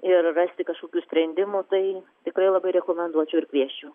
ir rasti kažkokių sprendimų tai tikrai labai rekomenduočiau ir kviesčiau